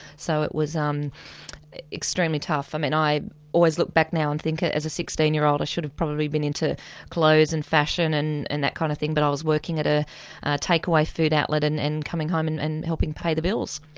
so it was um extremely tough. um i always look back now and think as a sixteen year old i should have probably been into clothes and fashion and and that kind of thing, but i was working at a takeaway food outlet and and coming home and and helping pay the bills.